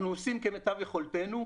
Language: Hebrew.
אנחנו עושים כמיטב יכולתנו.